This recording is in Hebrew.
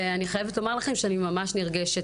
אני חייבת לומר לכם שאני ממש נרגשת,